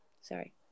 sorry